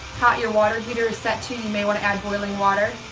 hot your water heater is set to may want to add boiling water.